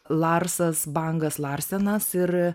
larsas bangas larsenas ir